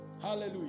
Hallelujah